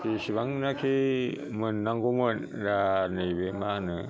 जिसेबांनाखि मोननांगौमोन दा नैबे मा होनो